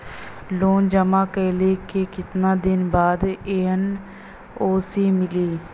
Loan जमा कइले के कितना दिन बाद एन.ओ.सी मिली?